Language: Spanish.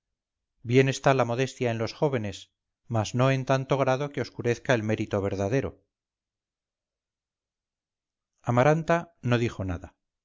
está la modestia en los jóvenes mas no en tanto grado que oscurezca el mérito verdadero amaranta no dijo nada